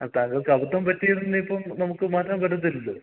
ആ താങ്കൾക്ക് അബദ്ധം പറ്റിയതിനിപ്പം നമുക്ക് മാറ്റാൻ പറ്റത്തില്ലല്ലോ